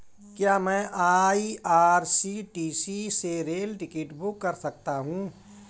क्या मैं आई.आर.सी.टी.सी से रेल टिकट बुक कर सकता हूँ?